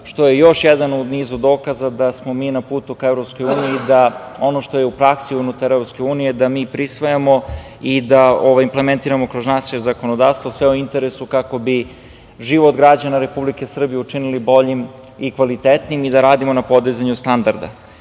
što je još jedan u nizu dokaza da smo mi na putu ka EU i da ono što je u praksi unutar EU da mi prisvajamo i da implementiramo kroz naše zakonodavstvo, sve u interesu kako život građana Republike Srbije učinili boljim i kvalitetnijim i da radimo na podizanju standarda. Upravo